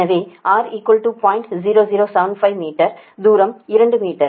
0075 metre தூரம் 2 metre